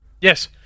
Yes